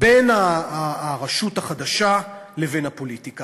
בין הרשות החדשה לבין הפוליטיקה.